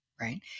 Right